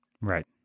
Right